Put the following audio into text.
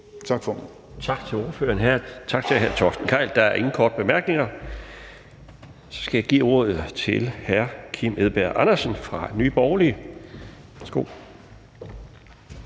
Laustsen): Tak til ordføreren – tak til hr. Torsten Gejl. Der er ingen korte bemærkninger. Så skal jeg give ordet til hr. Kim Edberg Andersen fra Nye Borgerlige. Værsgo.